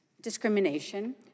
discrimination